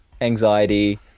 anxiety